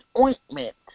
ointment